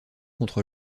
contre